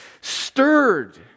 stirred